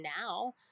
now